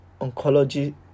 oncology